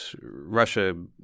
Russia